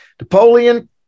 Napoleon